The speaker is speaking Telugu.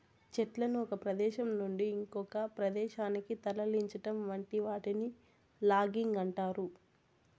చెట్లను ఒక ప్రదేశం నుంచి ఇంకొక ప్రదేశానికి తరలించటం వంటి వాటిని లాగింగ్ అంటారు